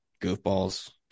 Goofballs